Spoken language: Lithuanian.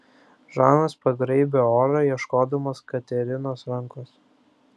žanas pagraibė orą ieškodamas katerinos rankos